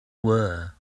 were